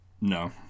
No